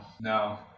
no